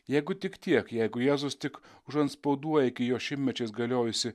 jeigu tik tiek jeigu jėzus tik užantspauduoja iki jo šimtmečiais galiojusį